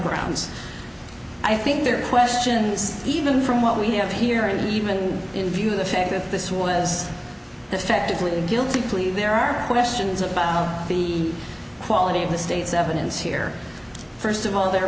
grounds i think their questions even from what we have here and even in view of the fact that this was affected with a guilty plea there are questions about the quality of the state's evidence here first of all the